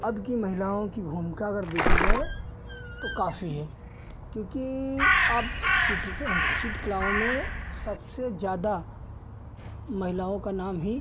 अबकी महिलाओं की भूमिका अगर देखी जाए तो काफ़ी है क्योंकि अब चित्र चित्रकलाओं में सबसे ज़्यादा महिलाओं का नाम ही